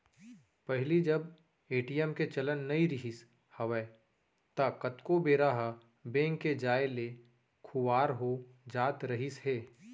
पहिली जब ए.टी.एम के चलन नइ रिहिस हवय ता कतको बेरा ह बेंक के जाय ले खुवार हो जात रहिस हे